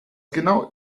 genau